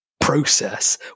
process